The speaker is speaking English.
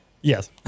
Yes